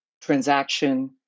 transaction